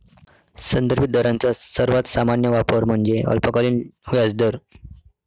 संदर्भित दरांचा सर्वात सामान्य वापर म्हणजे अल्पकालीन व्याजदर